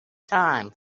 time